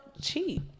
cheap